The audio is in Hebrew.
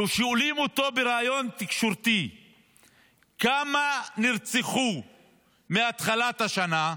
כששואלים אותו בראיון תקשורתי כמה נרצחו מהתחלת השנה,